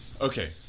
okay